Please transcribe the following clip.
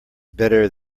better